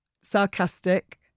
sarcastic